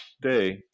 day